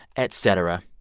et cetera.